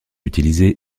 utilisé